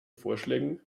vorschlägen